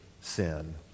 sin